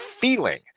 feeling